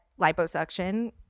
liposuction